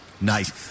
Nice